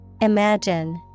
Imagine